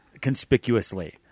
conspicuously